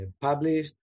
published